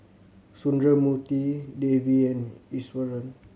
Sundramoorthy Devi and Iswaran